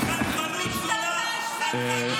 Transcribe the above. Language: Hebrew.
הפכתם אותם לפוליטיקה.